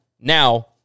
now